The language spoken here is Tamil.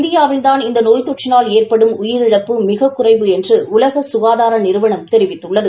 இந்தியாவில்தான் இந்த நோய் தொற்றினால் ஏற்படும் உயிரிழப்பு மிகக்குறைவு என்று உலக கசுகாதார நிறுவனம் தெரிவித்துள்ளது